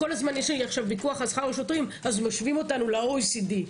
יש עכשיו ויכוח על שכר השוטרים אז משווים אותנו ל-OECD.